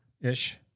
ish